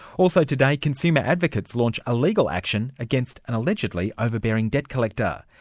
also today, consumer advocates launch a legal action against an allegedly overbearing debt collector.